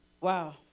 Wow